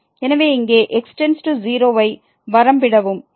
எனவே இங்கே x→0 ஐ வரம்பிடவும்